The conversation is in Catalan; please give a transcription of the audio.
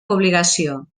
obligació